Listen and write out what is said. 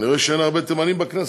אני רואה שאין הרבה תימנים בכנסת,